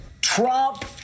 Trump